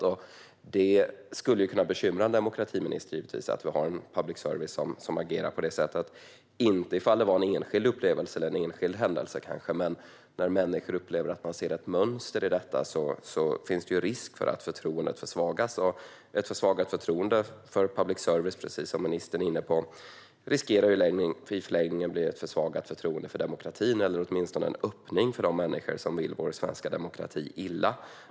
Det skulle givetvis kunna bekymra en demokratiminister att vi har en public service som agerar på det sättet, kanske inte ifall det hade varit en enskild upplevelse eller händelse. Men när människor upplever att de ser ett mönster i detta finns det risk för att förtroendet försvagas, och ett försvagat förtroende för public service riskerar, precis som ministern säger, i förlängningen att bli ett försvagat förtroende för demokratin eller åtminstone en öppning för de människor som vill vår svenska demokrati illa.